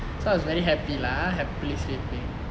so I was very happy lah happily sleeping